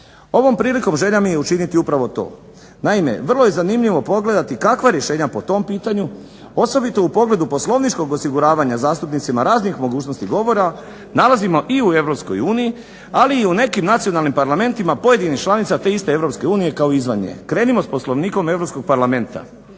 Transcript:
Ovom prilikom želja mi je učiniti upravo to. Naime, vrlo je zanimljivo pogledati kakva rješenja po tom pitanju, osobito u pogledu poslovničkog osiguravanja zastupnicima raznih mogućnosti govora nalazimo i u Europskoj uniji, ali i u nekim nacionalnim Parlamentima pojedinih članica te iste Europske unije kao i izvan nje. Krenimo s Poslovnikom Europskog parlamenta.